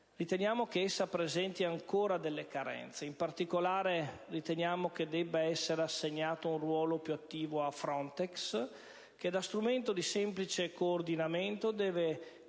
riteniamo che siano presenti ancora delle carenze. In particolare, riteniamo che debba essere assegnato un ruolo più attivo a FRONTEX che, da strumento di semplice coordinamento, deve divenire